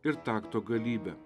ir takto galybe